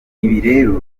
rero